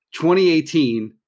2018